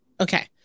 Okay